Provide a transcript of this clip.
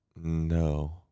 No